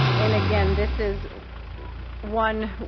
and again, this is one